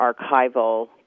archival